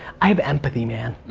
i have empathy, man.